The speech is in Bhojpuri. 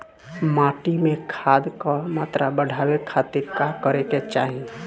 माटी में खाद क मात्रा बढ़ावे खातिर का करे के चाहीं?